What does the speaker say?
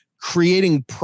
creating